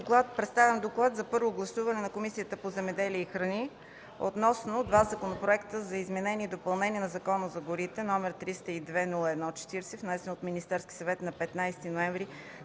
представям: „ДОКЛАД за първо гласуване на Комисията по земеделието и храните относно два законопроекта за изменение и допълнение на Закона за горите –№ 302-01-40, внесен от Министерския съвет на 15 ноември